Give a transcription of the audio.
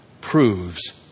proves